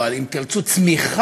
או אם תרצו על צמיחה,